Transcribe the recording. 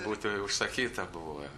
būti užsakyta buvo